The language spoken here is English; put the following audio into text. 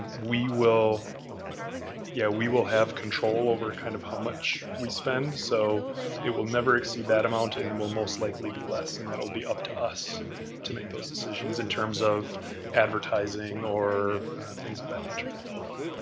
we will yeah we will have control over kind of how much we spend. so it will never exceed that amount and will most likely be less and that'll be up to us to make those decisions in terms of advertising or things of that nature. michelle thank you.